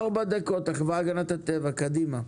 ארבע דקות לרשותכם, החברה להגנת הטבע, קדימה.